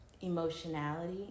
emotionality